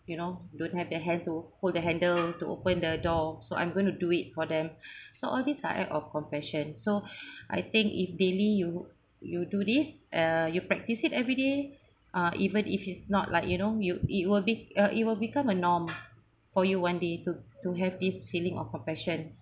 you know don't have their hand to hold the handle to open the door so I'm going to do it for them so all these are act of compassion so I think if daily you you do this uh you practice it every day uh even if it's not like you know you it will be uh it will become a norm for you one day to to have this feeling of compassion